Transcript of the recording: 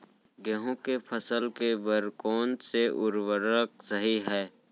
गेहूँ के फसल के बर कोन से उर्वरक सही है?